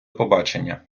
побачення